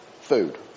food